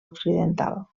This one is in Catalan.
occidental